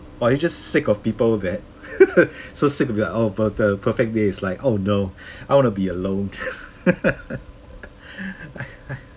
or you just sick of people that so sick of it oh but the perfect day is like oh no I want to be alone